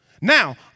Now